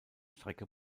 strecke